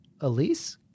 Elise